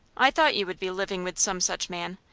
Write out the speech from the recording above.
i thought you would be living with some such man.